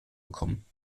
bekommen